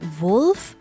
wolf